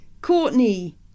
Courtney